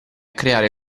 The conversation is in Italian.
creare